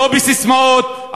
לא בססמאות,